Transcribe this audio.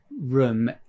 room